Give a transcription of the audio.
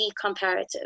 comparative